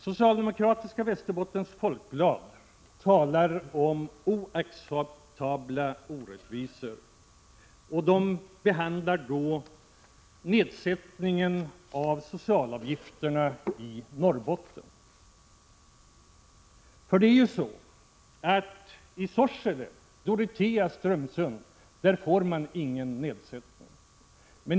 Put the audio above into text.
Socialdemokratiska Västerbottens Folkblad talar om oacceptabla orättvisor, och behandlar då nedsättningen av socialavgifterna i Norrbotten. I Sorsele, Dorotea och Strömsund får man ingen nedsättning.